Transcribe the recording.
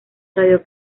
radio